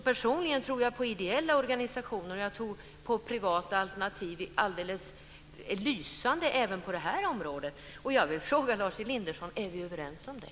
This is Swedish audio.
Personligen tror jag på ideella organisationer, och jag tror att privata alternativ är alldeles lysande även på det här området. Jag vill fråga Lars Elinderson: Är vi överens om det?